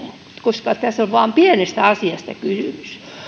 koska tässä on vain pienestä asiasta kysymys